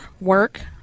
work